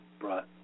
brought